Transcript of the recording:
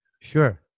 Sure